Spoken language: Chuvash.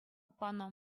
панӑ